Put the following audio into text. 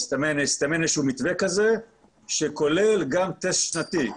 הסתמן איזשהו מתווה כזה שכולל גם טסט שנתי.